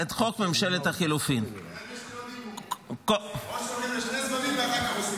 התנגדות את ביטול החוק המאוד-לא אסתטי